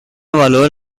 valor